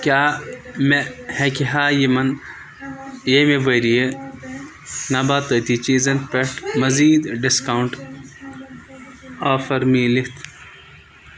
کیٛاہ مےٚ ہیٚکہِ ہا یِمَن ییٚمہِ ؤریہِ نَباتٲتی چیٖزن پٮ۪ٹھ مزیٖد ڈِسکاونٛٹ آفر میٖلِتھ